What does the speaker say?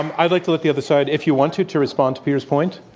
and i'd like to let the other side, if you want to, to respond to peter's point.